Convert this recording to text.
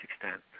extent